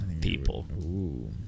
people